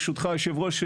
אדוני היושב-ראש,